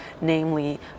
namely